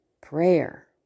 prayer